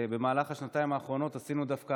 במהלך השנתיים האחרונות עשינו דווקא